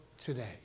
today